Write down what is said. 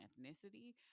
ethnicity